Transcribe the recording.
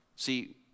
See